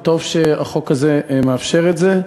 וטוב שהחוק הזה מאפשר את זה.